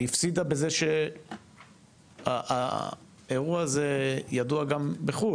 והיא הפסידה בזה שהאירוע הזה ידוע גם בחו"ל,